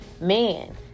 man